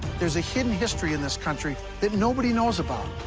there's a hidden history in this country that nobody knows about.